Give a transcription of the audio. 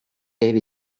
gave